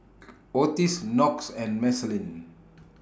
Otis Knox and Marceline